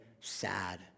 sad